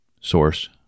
source